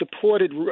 supported